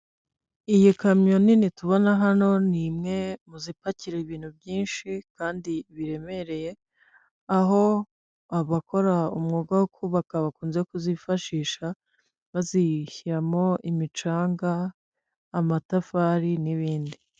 Iyi kamyo nini tubona hano n'imwe muzipakira ibintu byinshi kandi biremereye, aho abakora umwuga wo kubaka bakunze kuzifashisha bazishyiramo imicanga, amatafari nibindi.